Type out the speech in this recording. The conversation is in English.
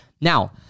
Now